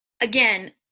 Again